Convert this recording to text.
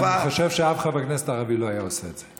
אני חושב שאף חבר כנסת ערבי לא היה עושה את זה.